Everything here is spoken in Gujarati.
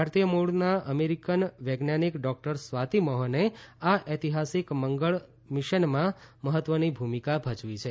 ભારતીય મૂળના અમેરિકન વૈજ્ઞાનિક ડૉક્ટર સ્વાતી મોહને આ ઐતિહાસિક મંગળ મીરાનમાં મહત્વની ભૂમિકા ભજવી છે